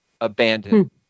Abandoned